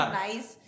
nice